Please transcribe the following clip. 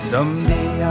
Someday